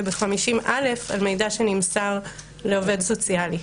וב-50(א) על מידע שנמסר לעובד סוציאלי.